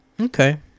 okay